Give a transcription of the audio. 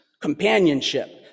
companionship